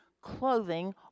clothing